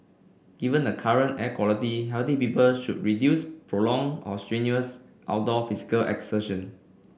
given the current air quality healthy people should reduce prolong or strenuous outdoor physical exertion